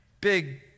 big